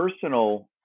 personal